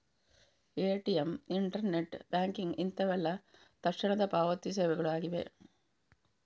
ATM, internet banking ಇಂತವೆಲ್ಲ ತಕ್ಷಣದ ಪಾವತಿ ಸೇವೆಗಳು ಆಗಿವೆ